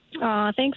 Thanks